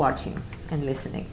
watching and listening